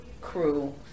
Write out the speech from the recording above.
crew